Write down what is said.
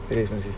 very expensive